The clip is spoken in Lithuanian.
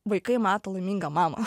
vaikai mato laimingą mamą